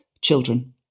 children